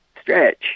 stretch